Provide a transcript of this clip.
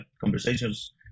conversations